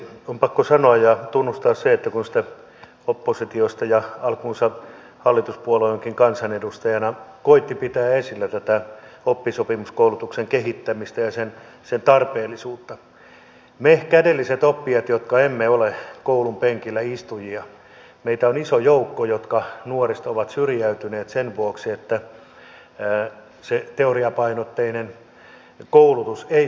on pakko sanoa ja tunnustaa se kun oppositiosta ja alkuunsa hallituspuolueenkin kansanedustajana koetti pitää esillä tätä oppisopimuskoulutuksen kehittämistä ja sen tarpeellisuutta että meitä kädellisiä oppijoita jotka emme ole koulunpenkillä istujia on iso joukko jotka nuoresta ovat syrjäytyneet sen vuoksi että se teoriapainotteinen koulutus ei ole maistunut